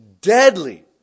deadly